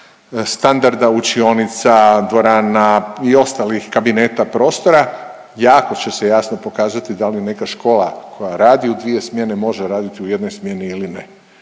standarda učionica, dvorana i ostalih kabineta, prostora jako će se jasno pokazati da li neka škola koja radi u dvije smjene može raditi u jednoj smjeni ili ne.